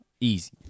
Easy